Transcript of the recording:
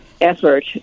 effort